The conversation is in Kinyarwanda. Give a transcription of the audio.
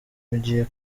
mugiye